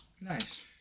Nice